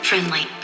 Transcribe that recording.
Friendly